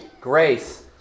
Grace